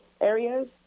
areas